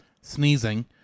sneezing